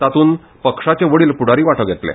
तातूंत पक्षाचे वडिल फुडारी वांटो घेतले